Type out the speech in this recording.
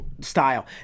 style